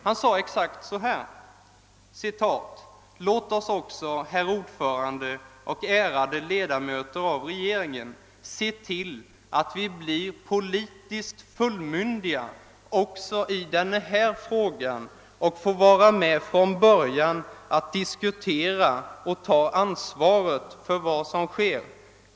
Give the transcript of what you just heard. Han sade: »Låt oss också, herr ordförande och ärade ledamöter av regeringen, se till att vi blir politiskt fullmyndiga också i den här frågan och får vara med från början att diskutera och ta ansvaret för vad som sker.